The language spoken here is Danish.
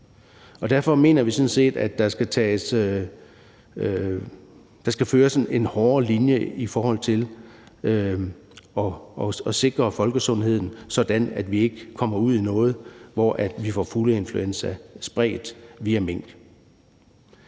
derfor mener vi sådan set, at der skal føres en hårdere linje i forhold til at sikre folkesundheden, sådan at vi ikke kommer ud i noget, hvor vi får fugleinfluenza spredt via mink.